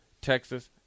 Texas